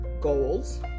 goals